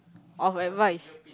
of advice